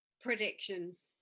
predictions